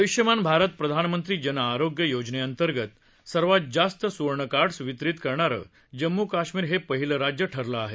आय्ष्मान भारत प्रधानमंत्री जनआरोग्य योजनेतंर्गत सर्वात जास्त स्वर्ण कार्डस वितरित करणारं जम्मू कश्मीर हे पहिलं राज्य ठरलं आहे